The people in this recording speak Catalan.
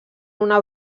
una